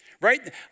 right